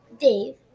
Dave